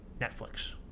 netflix